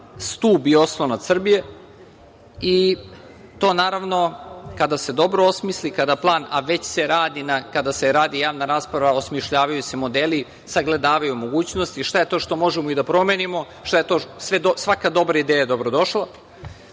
stub i oslonac Srbije i to naravno kada se dobro osmisli, kada plan, a već se radi javna rasprava, osmišljavaju se modeli, sagledavaju mogućnost, šta je to što možemo i da promenimo, svaka dobra ideja je dobrodošla.